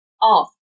off